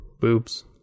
Boobs